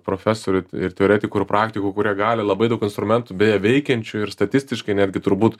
profesorių ir teoretikų praktikų kurie gali labai daug instrumentų beje veikiančių ir statistiškai netgi turbūt